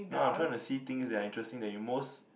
no I'm trying to see things that are interesting that you most